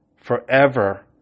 forever